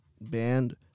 band